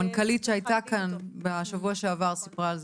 המנכ"לית שהייתה כאן בשבוע שעבר סיפרה על זה,